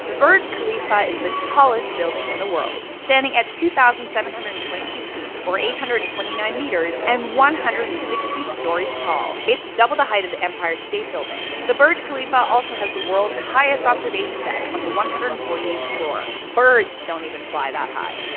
the burj khalifa is the tallest building in the world. standing at two thousand seven hundred and twenty two feet or eight hundred and twenty nine meters, and one hundred and sixty stories tall, its double the height of the empire state building. the burj khalifa also has the worlds highest observation deck on the one hundred and forty eighth floor. birds don't even fly that high.